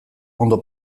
ondo